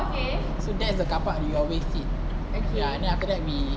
so there's the car park we always skate ya then after that we